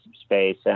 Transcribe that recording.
space